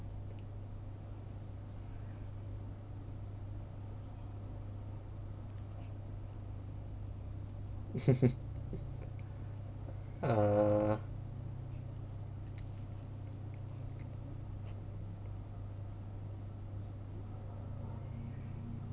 err